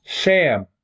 Sam